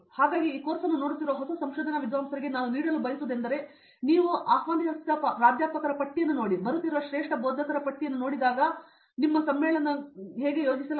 ಹಾಗಾಗಿ ಈ ಕೋರ್ಸ್ ಅನ್ನು ನೋಡುತ್ತಿರುವ ಹೊಸ ಸಂಶೋಧನಾ ವಿದ್ವಾಂಸರಿಗೆ ನಾನು ನೀಡಲು ಬಯಸುವೆಂದರೆ ನೀವು ಆಹ್ವಾನಿತ ಪ್ರಾಧ್ಯಾಪಕರ ಪಟ್ಟಿ ನೀವು ಬರುತ್ತಿರುವ ಶ್ರೇಷ್ಠ ಬೋಧಕರ ಪಟ್ಟಿ ಎಂದು ನೋಡಿದಾಗ ನಿಮ್ಮ ಸಮ್ಮೇಳನಗಳಿಗೆ ಯೋಜಿಸಲಾಗಿದೆ